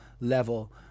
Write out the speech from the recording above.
level